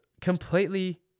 completely